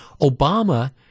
Obama